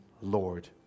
Lord